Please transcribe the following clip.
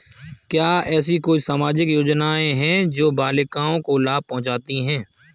क्या ऐसी कोई सामाजिक योजनाएँ हैं जो बालिकाओं को लाभ पहुँचाती हैं?